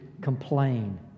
complain